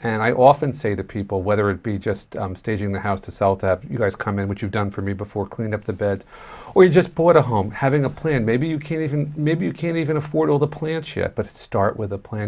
and i often say to people whether it be just staging the house to sell that you guys come in which you've done for me before clean up the bed or just put a home having a plan maybe you can even maybe you can't even afford all the plants yet but start with a plan